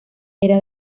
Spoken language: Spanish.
era